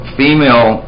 female